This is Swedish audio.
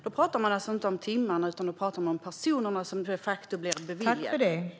Detta gäller alltså inte antalet timmar, utan det gäller antalet personer som de facto blir beviljade assistansersättning.